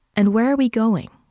and where are we going?